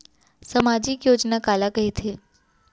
सामाजिक योजना काला कहिथे?